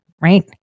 right